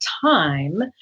time